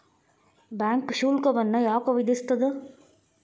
Bank ಶುಲ್ಕವನ್ನ ಯಾಕ್ ವಿಧಿಸ್ಸ್ತದ?